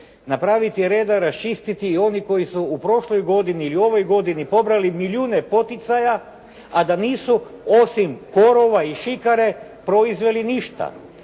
napraviti reda, raščistiti i oni koji su u prošloj godini ili u ovoj godini pobrali milijune poticaja a da nisu osim korova i šikare proizveli ništa.